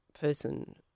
person